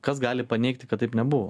kas gali paneigti kad taip nebuvo